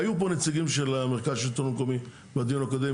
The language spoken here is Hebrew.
והיו פה נציגים של מרכז שלטון מקומי בדיון הקודם,